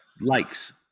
likes